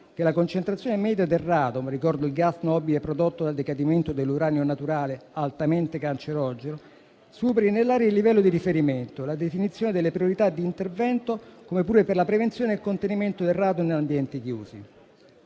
che la concentrazione media del radon - il gas nobile prodotto dal decadimento dell'uranio naturale, altamente cancerogeno - superi nell'aria il livello di riferimento; la definizione delle priorità di intervento, come pure la prevenzione e il contenimento del radon negli ambienti chiusi.